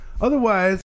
otherwise